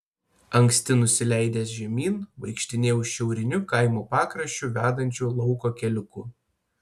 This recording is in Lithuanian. anksti nusileidęs žemyn vaikštinėjau šiauriniu kaimo pakraščiu vedančiu lauko keliuku